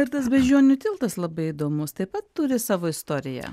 ir tas beždžionių tiltas labai įdomus taip pat turi savo istoriją